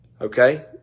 Okay